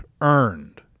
earned